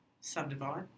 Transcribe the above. Subdivide